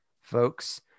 folks